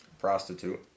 prostitute